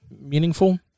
meaningful